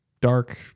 dark